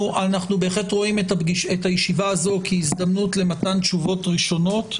אנחנו בהחלט רואים את הישיבה הזאת כהזדמנות למתן תשובות ראשונות,